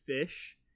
fish